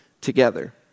together